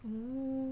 oo